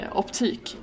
optik